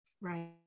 right